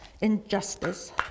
injustice